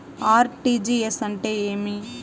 RTGS అంటే ఏమి